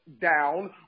down